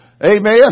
Amen